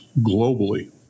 globally